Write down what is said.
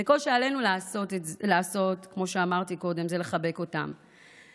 וכל שעלינו לעשות, כמו שאמרתי קודם, זה לחבק אותם.